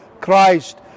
Christ